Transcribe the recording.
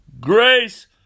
grace